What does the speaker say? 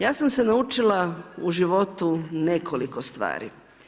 Ja sam se naučila u životu nekoliko stvari.